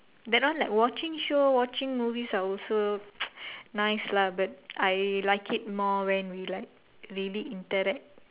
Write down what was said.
that one like watching show watching movies are also nice lah but I like it more when we like really interact